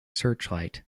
searchlight